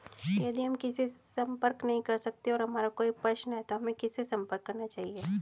यदि हम किसी से संपर्क नहीं कर सकते हैं और हमारा कोई प्रश्न है तो हमें किससे संपर्क करना चाहिए?